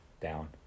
Down